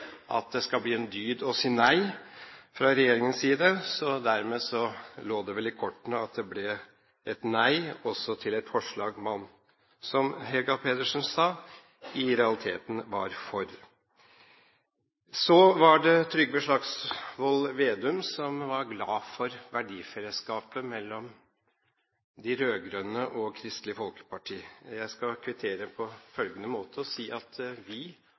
at det skal bli en dyd å si nei fra regjeringens side. Dermed lå det vel i kortene at det ble et nei også til et forslag man, som Helga Pedersen sa, i realiteten var for. Så var det Trygve Slagsvold Vedum, som var glad for verdifellesskapet mellom de rød-grønne og Kristelig Folkeparti. Jeg skal kvittere på følgende måte: Vi